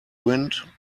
wind